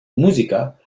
música